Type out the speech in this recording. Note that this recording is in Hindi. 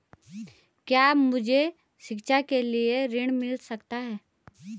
क्या मुझे शिक्षा के लिए ऋण मिल सकता है?